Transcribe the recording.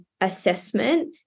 assessment